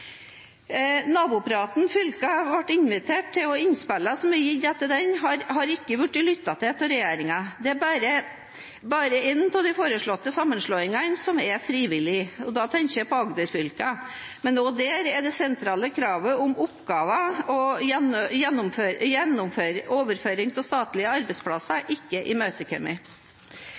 Nabopraten fylkene ble invitert til, og innspillene som er gitt etter denne, er ikke blitt lyttet til av regjeringen. Det er bare én av de foreslåtte sammenslåingene som er frivillig, og da tenker jeg på Agder-fylkene, men heller ikke der er det sentrale kravet om oppgaver og overføring av statlige arbeidsplasser